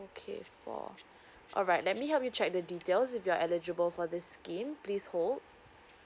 okay four alright let me help you check the details if you are eligible for this scheme please hold